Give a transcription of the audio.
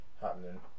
happening